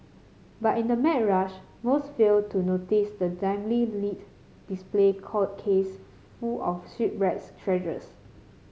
but in the mad rush most fail to notice the dimly lit display call case full of shipwrecks treasures